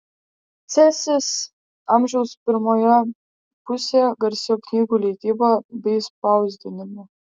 cėsys amžiaus pirmoje pusėje garsėjo knygų leidyba bei spausdinimu